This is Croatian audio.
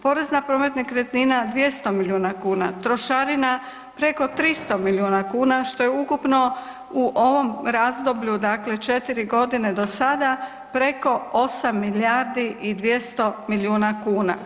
Porez na promet nekretnina, 200 milijuna kuna, trošarina preko 300 milijuna kuna, što je ukupno u ovom razdoblju, dakle 4 godine do sada, preko 8 milijardi i 200 milijuna kuna.